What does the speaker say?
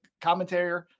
commentary